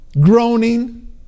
groaning